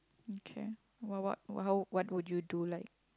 okay what what what how what would you do like